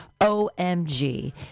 OMG